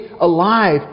alive